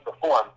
perform